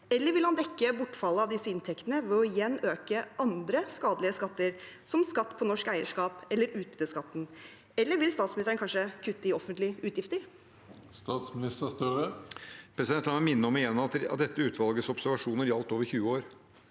Eller vil han dekke bortfallet av disse inntektene ved igjen å øke andre skadelige skatter, som skatt på norsk eierskap eller utbytteskatten – eller vil statsministeren kanskje kutte i offentlige utgifter? Statsminister Jonas Gahr Støre La meg igjen minne om at dette utvalgets observasjoner gjaldt over 20 år,